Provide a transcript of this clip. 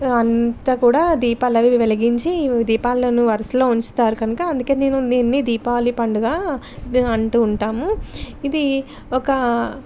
అంతా కూడా దీపాల అవి వెలిగించి దీపాలను వరుసులో ఉంచుతారు కనుక అందుకని నేను ఎన్ని దీపావళి పండుగ అంటు ఉంటాము ఇది ఒక